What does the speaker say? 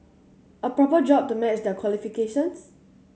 a proper job to match their qualifications